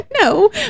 No